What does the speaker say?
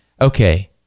okay